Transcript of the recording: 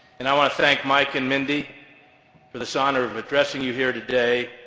and i want to thank mike and mindy for this honor of addressing you here today.